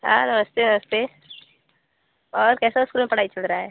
हाँ नमस्ते नमस्ते और कैसा इस्कूल में पढ़ाई चल रहा है